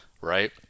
right